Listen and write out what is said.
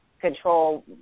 control